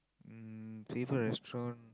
mm favourite restaurant